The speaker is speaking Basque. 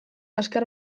azkar